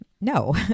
No